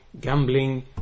gambling